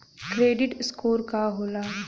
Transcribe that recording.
Credit score का होला?